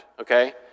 okay